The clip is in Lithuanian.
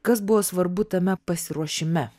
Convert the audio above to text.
kas buvo svarbu tame pasiruošime